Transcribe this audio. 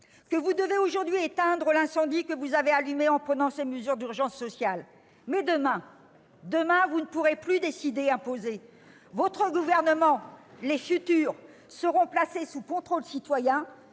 que vous devez aujourd'hui éteindre l'incendie que vous avez allumé, en prenant ces mesures d'urgence sociale. Demain, vous ne pourrez plus ni décider ni imposer. Votre gouvernement et ceux qui lui succéderont seront placés sous contrôle citoyen.